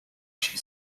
she